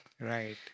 Right